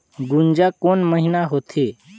गुनजा कोन महीना होथे?